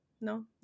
No